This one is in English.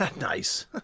Nice